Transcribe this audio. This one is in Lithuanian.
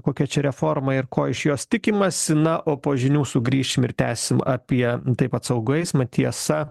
kokia čia reforma ir ko iš jos tikimasi na o po žinių sugrįšim ir tęsim apie taip pat saugų eismą tiesa